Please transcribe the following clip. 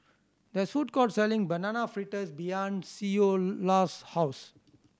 there is a food court selling Banana Fritters behind Ceola's house